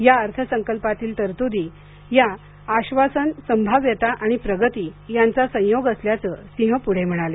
या अर्थसंकल्पातील तरतुदी याआश्वासन संभाव्यता आणि प्रगती यांचा संयोग असल्याचं सिंह पुढे म्हणाले